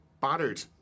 battered